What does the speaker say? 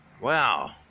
Wow